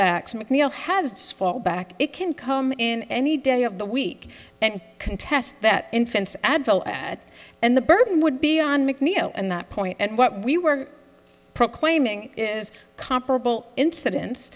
backs mcneal has fought back it can come in any day of the week and contest that infants advil at and the burden would be on mcneil and that point and what we were proclaiming is comparable incidence